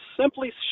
simply